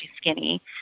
skinny